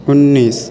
انیس